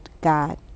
God